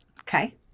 Okay